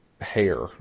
hair